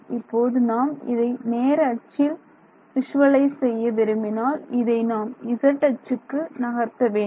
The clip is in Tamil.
இப்போது நாம் இதை நேர அச்சில் விஷுவலைஸ் செய்ய விரும்பினால் இதை நாம் z அச்சுக்கு நகர்த்த வேண்டும்